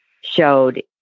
showed